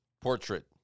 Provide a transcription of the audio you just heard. portrait